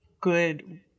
good